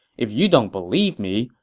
if you don't believe me,